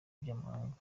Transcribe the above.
by’amahanga